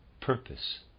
purpose